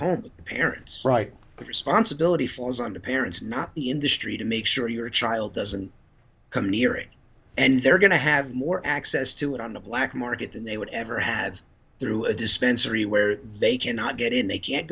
home parents right but responsibility falls on the parents not the industry to make sure your child doesn't come near it and they're going to have more access to it on the black market than they would ever had through a dispensary where they cannot get in they can't